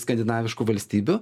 skandinaviškų valstybių